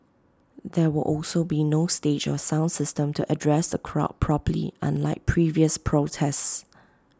there will also be no stage or sound system to address the crowd properly unlike previous protests